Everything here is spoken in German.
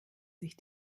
sich